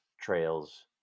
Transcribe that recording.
trails